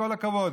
כל הכבוד.